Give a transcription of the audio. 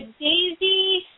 daisy